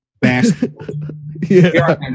basketball